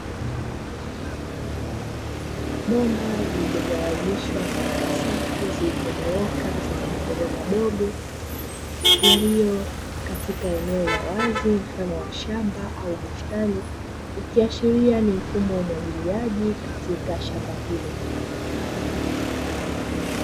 Bomba liligawanishwa katika safu zilizonyooka zenye mabomba madogo madogo yaliyo katika eneo la wazi, mfano wa shamba au bustani ikiashiria ni mfumo wa umwagiliaji katika shamba hilo.